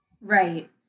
Right